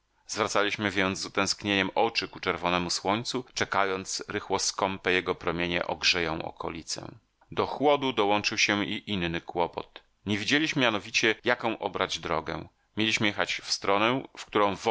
zwracaliśmy więc z utęsknieniem oczy ku czerwonemu słońcu czekając rychło skąpe jego promienie ogrzeją okolicę do chłodu dołączył się i inny kłopot nie wiedzieliśmy mianowicie jaką obrać drogę mieliśmy jechać w stronę w którą wody